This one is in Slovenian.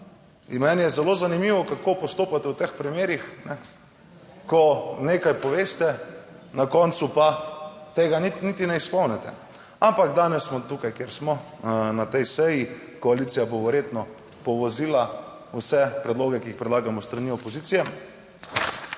da meni je zelo zanimivo, kako postopate v teh primerih, ko nekaj poveste, na koncu pa tega niti ne izpolnite. Ampak danes smo tukaj, kjer smo, na tej seji, koalicija bo verjetno povozila vse predloge, ki jih predlagamo s strani opozicije.